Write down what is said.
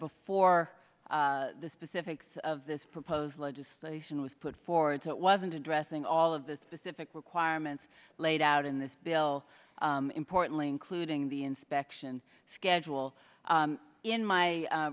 before the specifics of this proposed legislation was put forward to wasn't addressing all of the specific requirements laid out in this bill importantly including the inspection schedule in my